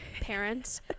parents